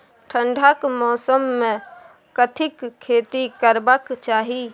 ठंडाक मौसम मे कथिक खेती करबाक चाही?